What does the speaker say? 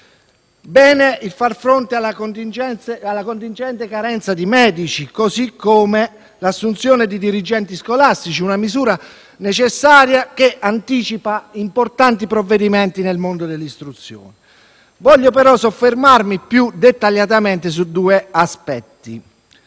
Bene il far fronte alla contingente carenza di medici, così come l'assunzione di dirigenti scolastici, una misura necessaria, che anticipa importanti provvedimenti nel mondo dell'istruzione. Vorrei però soffermarmi più dettagliatamente su due aspetti: